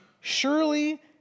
surely